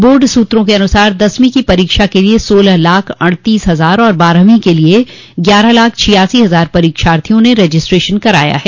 board सूत्रों के अनुसार दसवीं की परीक्षा के लिए सोलह लाख अड़तीस हज़ार और बारहवीं के लिए ग्यारह लाख छियासी हज़ार परीक्षार्थियों ने रजिस्ट्रेशन कराया है